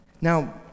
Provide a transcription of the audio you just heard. Now